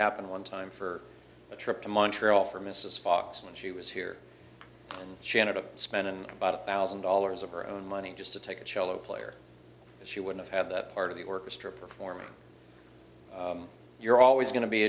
happened one time for a trip to montreal for mrs fox when she was here and she ended up spending about one thousand dollars of her own money just to take a cello player she would have had that part of the orchestra performing you're always going to be